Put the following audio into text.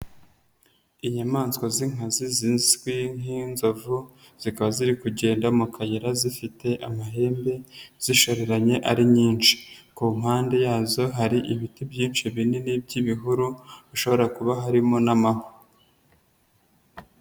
Inyamaswa z'inkazi zizwi nk'inzovu zikaba ziri kugenda mu kayira zifite amahembe zishoreranye ari nyinshi, ku mpande yazo hari ibiti byinshi binini by'ibihuru hashobora kuba harimo n'amahwa.